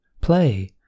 play